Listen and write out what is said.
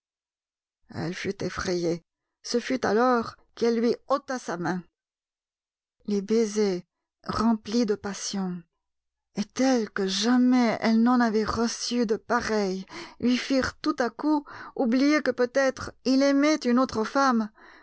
elle fut effrayée ce fut alors qu'elle lui ôta sa main les baisers remplis de passion et tels que jamais elle n'en avait reçu de pareils lui firent tout à coup oublier que peut-être il aimait une autre femme